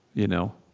you know?